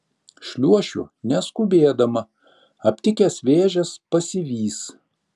šliuošiu neskubėdama aptikęs vėžes pasivys